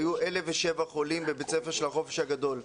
היו 1,007 חולים בבית ספר של החופש הגדול.